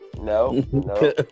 No